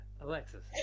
Alexis